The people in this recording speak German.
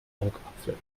augapfel